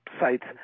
sites